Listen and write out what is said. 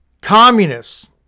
Communists